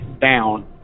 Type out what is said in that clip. down